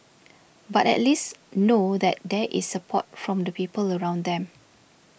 but at least know that there is support from the people around them